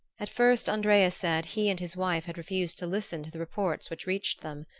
at first, andrea said, he and his wife had refused to listen to the reports which reached them.